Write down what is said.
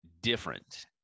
different